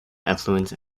affluent